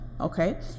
Okay